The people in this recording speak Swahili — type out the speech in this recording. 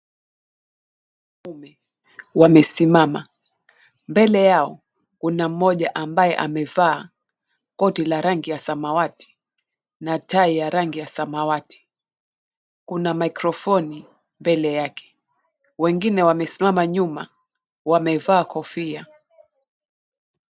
Wanaume wamesimama, mbele yao kuna mmoja ambaye amevaa koti la rangi ya samawati na tai ya rangi ya samawati kuna microphone mbele yake wengine wamesimama nyuma wamevaa kofia.